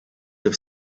have